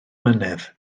mlynedd